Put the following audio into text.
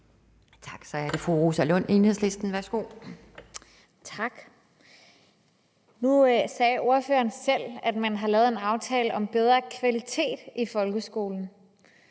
Så er det fru Rosa Lund, Enhedslisten, værsgo. Kl. 13:18 Rosa Lund (EL): Tak. Nu sagde ordføreren selv, at man har lavet en aftale om bedre kvalitet i folkeskolen.